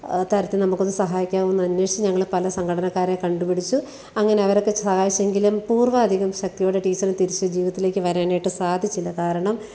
തരത്തിൽ നമുക്കൊന്ന് സഹായിക്കാമോ എന്നന്വേഷിച്ച് ഞങ്ങള് പല സംഘടനക്കാരെ കണ്ടുപിടിച്ചു അങ്ങനെ അവരൊക്കെ സഹായിച്ചെങ്കിലും പൂർവാധികം ശക്തിയോടെ ടീച്ചര് തിരിച്ച് ജീവിതത്തിലേക്ക് വരാനായിട്ട് സാധിച്ചില്ല കാരണം